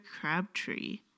Crabtree